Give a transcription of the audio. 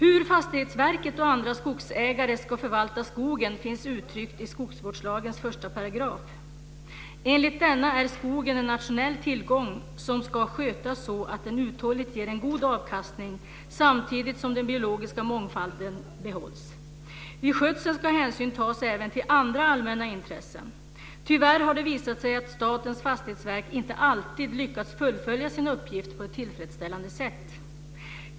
Hur Fastighetsverket och andra skogsägare ska förvalta skogen finns uttryckt i skogsvårdslagens första paragraf. Enligt denna är skogen en nationell tillgång som ska skötas så att den uthålligt ger en god avkastning samtidigt som den biologiska mångfalden behålls. Vid skötseln ska hänsyn tas även till andra allmänna intressen. Tyvärr har det visat sig att Statens fastighetsverk inte alltid lyckats fullfölja sin uppgift på ett tillfredsställande sätt.